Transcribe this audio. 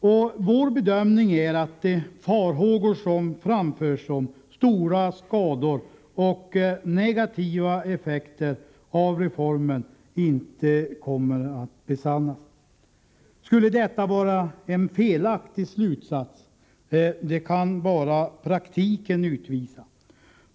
Enligt vår åsikt kommer farhågorna om stora negativa effekter inte att besannas. Bara erfarenheterna kan visa om detta skulle vara en felaktig slutsats.